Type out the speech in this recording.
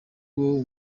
uwo